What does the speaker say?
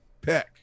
pick